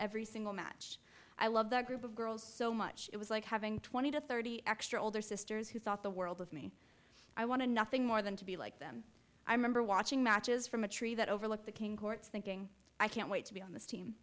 every single match i love the group of girls so much it was like having twenty to thirty extra older sisters who thought the world of me i want to nothing more than to be like them i remember watching matches from a tree that overlooked the king courts thinking i can't wait to be on the team